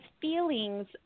feelings